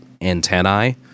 antennae